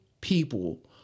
people